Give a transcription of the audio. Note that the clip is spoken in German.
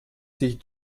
sich